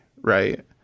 right